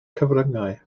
cyfryngau